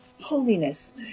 holiness